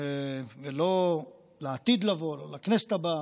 ולא לעתיד לבוא, לא לכנסת הבאה,